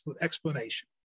explanation